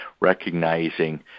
recognizing